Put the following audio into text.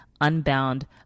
unbound